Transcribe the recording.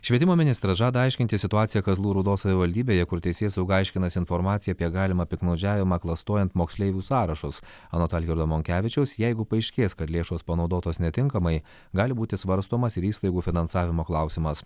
švietimo ministras žada aiškintis situaciją kazlų rūdos savivaldybėje kur teisėsauga aiškinasi informaciją apie galimą piktnaudžiavimą klastojant moksleivių sąrašus anot algirdo monkevičiaus jeigu paaiškės kad lėšos panaudotos netinkamai gali būti svarstomas ir įstaigų finansavimo klausimas